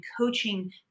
coaching